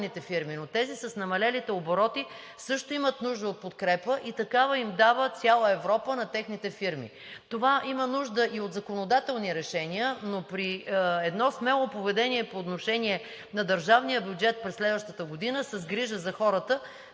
Това има нужда и от законодателни решения, но при смело поведение по отношение на държавния бюджет през следващата година с грижа за хората